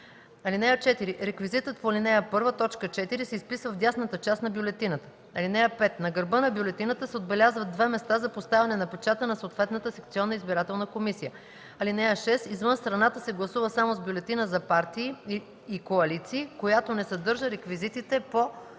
(4) Реквизитът по ал. 1, т. 4 се изписва в дясната част на бюлетината. (5) На гърба на бюлетината се отбелязват две места за поставяне на печата на съответната секционна избирателна комисия. (6) Извън страната се гласува само с бюлетина за партии и коалиции, която не съдържа реквизита по